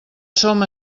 som